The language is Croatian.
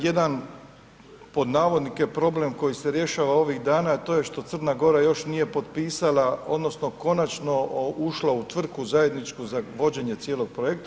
Jedan pod navodnike problem koji se rješava ovih dana to je što Crna Gora još nije potpisala odnosno konačno ušla u tvrtku zajedničku za vođenje cijelog projekta.